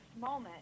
moment